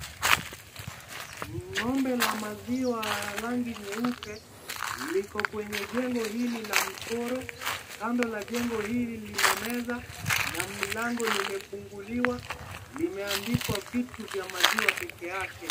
Ngo'mbe la maziwa la rangi nyeupe ,liko kwenye jengo hili la mchoro . Kando la jengo hili lina meza na mlango limefunguliwa, limeandikwa vitu vya maziwa pekee yake .